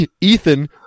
Ethan